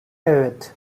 evet